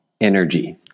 Energy